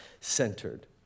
centered